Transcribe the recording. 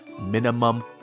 minimum